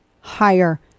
higher